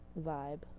vibe